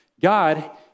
God